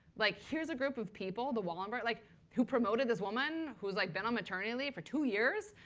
like, here's a group of people, the wallenbergs, like who promoted this woman who's like been on maternity leave for two years?